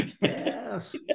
Yes